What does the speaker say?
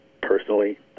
Personally